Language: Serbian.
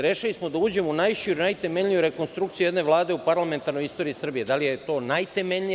Rešili smo da uđemo u najširu i najtemeljniju rekonstrukciju jedne Vlade u parlamentarnoj istoriji Srbije.“ Da li je to najtemeljnija?